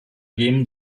game